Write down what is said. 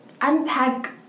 unpack